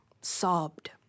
Sobbed